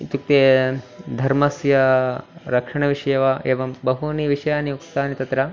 इत्युक्ते धर्मस्य रक्षणविषयेव एवं बहवः विषयाः उक्ताः तत्र